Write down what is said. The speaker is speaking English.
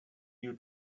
you